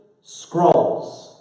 scrolls